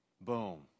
Boom